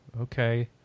Okay